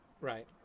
Right